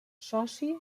soci